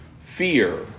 fear